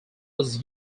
was